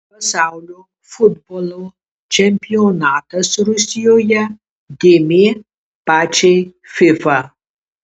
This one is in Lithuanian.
pasaulio futbolo čempionatas rusijoje dėmė pačiai fifa